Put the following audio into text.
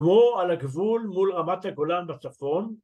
על הגבול מול רמת הגולן בצפון.